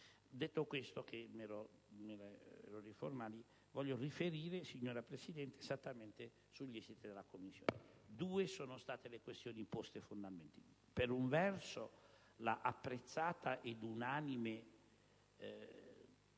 formali, voglio riferire, signora Presidente, esattamente sugli esiti della Commissione. Due sono state le questioni poste. Per un verso, l'apprezzata ed unanime